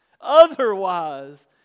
otherwise